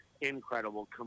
incredible